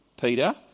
Peter